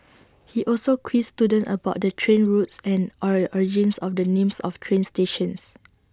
he also quizzed students about the train routes and or your origins of the names of train stations